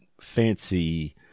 fancy